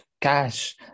cash